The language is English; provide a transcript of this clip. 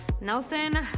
Nelson